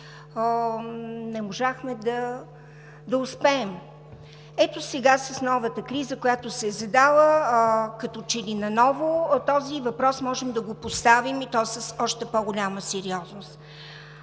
не можахме да успеем. Ето сега, с новата криза, която се е задала, като че ли наново този въпрос можем да го поставим, и то с още по-голяма сериозност.